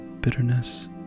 bitterness